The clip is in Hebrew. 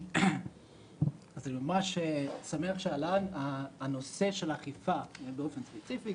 שמח שנושא האכיפה עלה באופן ספציפי.